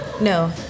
No